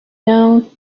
know